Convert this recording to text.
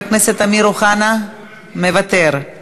והאזרח, כשהוא קונה אדמה, משלם את אגרת